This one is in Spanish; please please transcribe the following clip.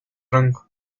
rango